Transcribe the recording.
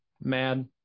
mad